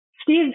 Steve